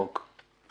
נכון,